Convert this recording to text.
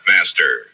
Master